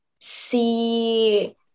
see